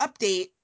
update